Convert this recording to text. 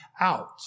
out